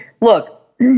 Look